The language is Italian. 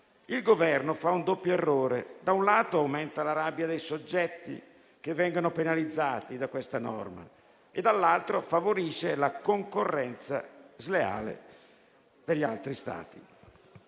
il Governo fa un doppio errore: da un lato, aumenta la rabbia dei soggetti che vengono penalizzati da questa norma e, dall'altro, favorisce la concorrenza sleale degli altri Stati.